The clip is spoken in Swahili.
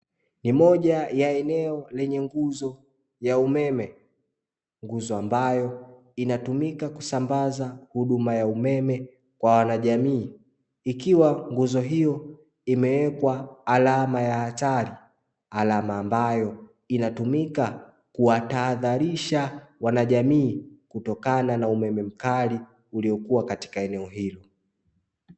Moja ya eneo lenye nguzo ya umeme. Nguzo ambayo inatumika kusambaza huduma ya umeme kwa wajanii. Ikiwa nguzo hiyo imewekwa alama ya hatari, alama ambayo inatumika kuwatahadharisha wajanii kutokana na umeme mkali uliokuwa katika eneo hilo.